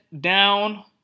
down